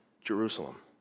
Jerusalem